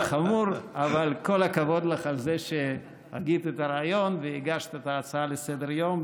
אבל כל הכבוד לך על זה שהגית את הרעיון והגשת את ההצעה לסדר-יום,